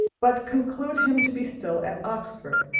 but conclude him to be still at oxford